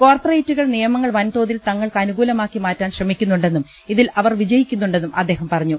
കോർപ്പറേറ്റുകൾ നിയമങ്ങൾ വൻതോതിൽ തങ്ങൾക്കനുകൂലമാക്കി മാറ്റാൻ ശ്രമിക്കുന്നുണ്ടെന്നും ഇതിൽ അവർ വിജയിക്കുന്നുണ്ടെന്നും അദ്ദേഹം പറഞ്ഞു